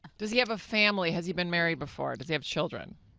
does he have a family, has he been married before, does he have children?